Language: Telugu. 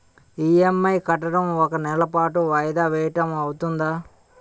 ఇ.ఎం.ఐ కట్టడం ఒక నెల పాటు వాయిదా వేయటం అవ్తుందా?